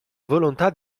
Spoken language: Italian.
volontà